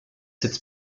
cette